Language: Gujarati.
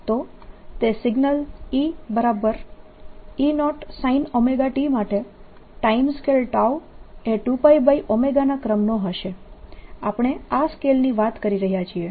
તો તે સિગ્નલ EE0sint માટે ટાઇમ સ્કેલ એ 2 ના ક્રમનો હશે આપણે આ સ્કેલની વાત કરી રહ્યા છીએ